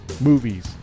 movies